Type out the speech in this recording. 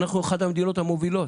אנחנו אחת המדינות המובילות